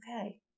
okay